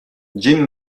jim